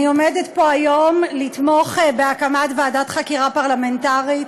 אני עומדת פה היום לתמוך בהקמת ועדת חקירה פרלמנטרית,